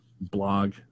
blog